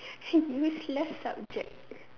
useless subject